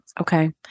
Okay